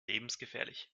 lebensgefährlich